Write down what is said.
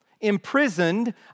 imprisoned